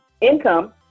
income